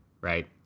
right